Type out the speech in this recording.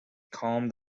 calm